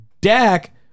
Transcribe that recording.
Dak